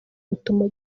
rutuma